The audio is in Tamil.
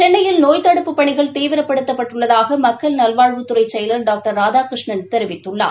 சென்னையில் நோய் தடுப்புப் பணிகள் தீவிரப்படுத்தப்பட்டுள்ளதாக மக்கள் நல்வாழ்வுத்துறை செயல் டாங்டர் ராதாகிருஷ்ணன் தெரிவித்துள்ளார்